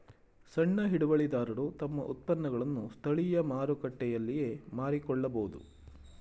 ಸಣ್ಣ ಹಿಡುವಳಿದಾರರು ತಮ್ಮ ಉತ್ಪನ್ನಗಳನ್ನು ಸ್ಥಳೀಯ ಮಾರುಕಟ್ಟೆಯಲ್ಲಿಯೇ ಮಾರಿಕೊಳ್ಳಬೋದು